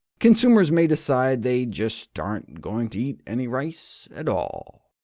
consumers may decide they just aren't going to eat any rice at all.